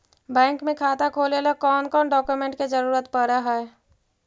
Bank में खाता खोले ल कौन कौन डाउकमेंट के जरूरत पड़ है?